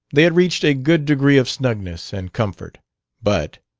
they had reached a good degree of snugness and comfort but